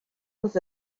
was